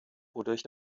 wodurch